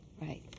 right